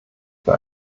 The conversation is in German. für